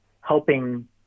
helping